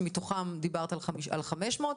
שמתוכם דיברת על 500,